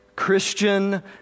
Christian